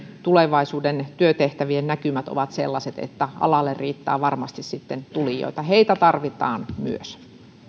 tulevaisuuden työtehtävien näkymät sellaiset että alalle riittää varmasti sitten tulijoita heitä tarvitaan myös